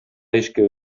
ишке